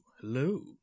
hello